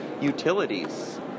utilities